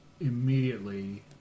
immediately